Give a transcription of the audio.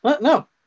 no